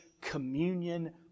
communion